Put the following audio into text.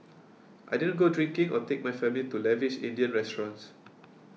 I didn't go drinking or take my family to lavish Indian restaurants